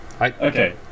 Okay